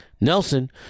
Nelson